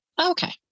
Okay